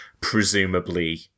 presumably